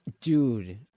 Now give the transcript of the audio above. Dude